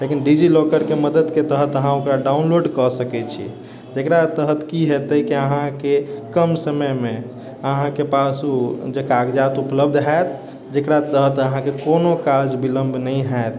लेकिन डी जी लौकरके मददके तहत अहाँ ओकरा डाउनलोड कऽ सकैत छी एकरा तहत की हेतै कि अहाँकेँ कम समयमे अहाँकेँ पास ओ जे कागजात उपलब्ध हैत जेकरा तहत अहाँकेँ कोनो काज बिलम्ब नहि हैत